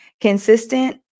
Consistent